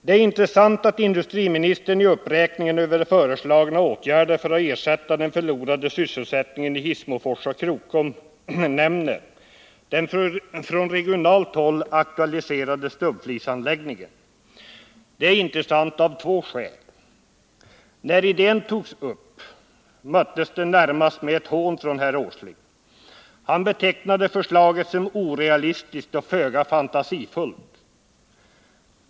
Det är intressant att industriministern i uppräkningen över föreslagna åtgärder för att ersätta den förlorade sysselsättningen i Hissmofors och Krokom nämner den från regionalt håll aktualiserade stubbflisanläggningen. Det är intressant av två skäl. När idén togs upp, möttes den närmast med ett hån från herr Åsling. Han betecknade förslaget som orealistiskt och föga fantasifullt.